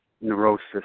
neurosis